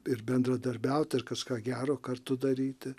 ir bendradarbiauti ir kažką gero kartu daryti